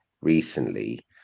recently